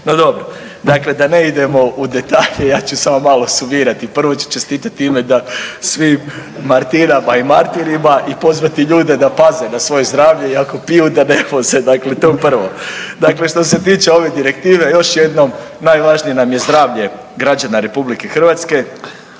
No dobro, dakle da ne idemo u detalje, ja ću samo malo sumirati, prvo ću čestitati u ime svim Martinama i Martinima i pozvati ljude da paze na svoje zdravlje i ako piju, da ne voze, dakle to je prvi. Dakle, što se tiče ove direktive, još jednom najvažnije nam je zdravlje građana RH, najvažnije